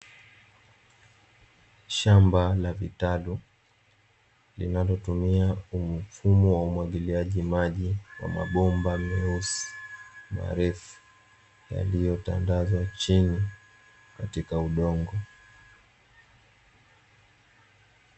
Shamba la vitalu linalotumia mfumo wa umwagiliaji maji; wa mabomba meusi marefu, yaliyotandazwa chini katika udongo.